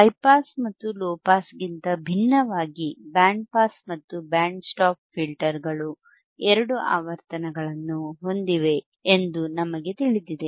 high pass ಮತ್ತು low ಪಾಸ್ಗಿಂತ ಭಿನ್ನವಾಗಿ ಬ್ಯಾಂಡ್ ಪಾಸ್ ಮತ್ತು ಬ್ಯಾಂಡ್ ಸ್ಟಾಪ್ ಫಿಲ್ಟರ್ಗಳು ಎರಡು ಆವರ್ತನಗಳನ್ನು ಹೊಂದಿವೆ ಎಂದು ನಮಗೆ ತಿಳಿದಿದೆ